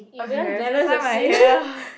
okay first time I hear